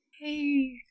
Hey